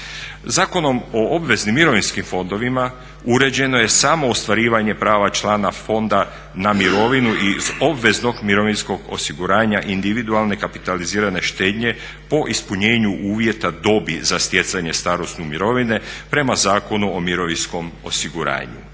Zakonom o obveznim mirovinskim fondovima uređeno je samo ostvarivanje prava člana fonda na mirovinu iz obveznog mirovinskog osiguranja individualne kapitalizirane štednje po ispunjenju uvjeta dobi za stjecanje starosne mirovine prema Zakonu o mirovinskom osiguranju,